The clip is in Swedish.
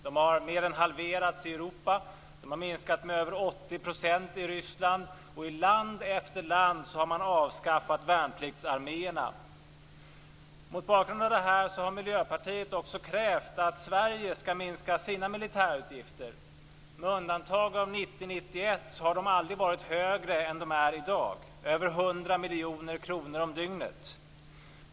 De har mer än halverats i Europa, de har minskat med över 80 % i Ryssland, och i land efter land har man avskaffat värnpliktsarméerna. Mot bakgrund av det här har Miljöpartiet krävt att också Sverige skall minska sina militärutgifter. Med undantag för 1990 och 1991 har de aldrig varit högre än de är i dag, över 100 miljoner kronor per dygn.